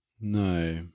No